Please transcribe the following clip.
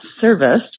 service